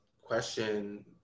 question